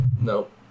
Nope